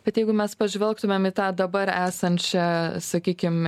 bet jeigu mes pažvelgtumėm į tą dabar esančią sakykim